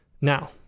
Now